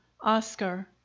Oscar